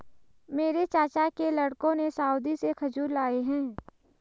मेरे चाचा के लड़कों ने सऊदी से खजूर लाए हैं